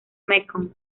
mekong